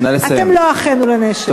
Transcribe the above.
אתם לא אחינו לנשק.